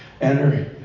Enter